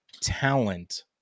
talent